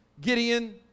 Gideon